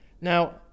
Now